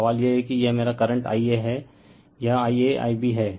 तो सवाल यह है कि यह मेरा करंट Ia है यह IaIb है